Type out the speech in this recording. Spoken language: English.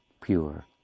pure